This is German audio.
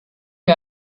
wir